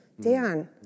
Dan